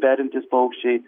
perintys paukščiai